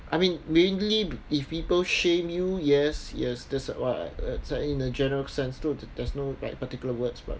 I mean mainly if people shame you yes yes that's what I in a general sense so there's no like particular words but